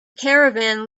caravan